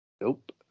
nope